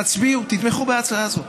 תתמכו בהצעה הזאת.